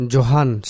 Johan